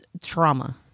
trauma